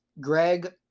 Greg